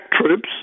troops